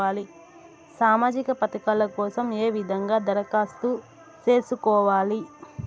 సామాజిక పథకాల కోసం ఏ విధంగా దరఖాస్తు సేసుకోవాలి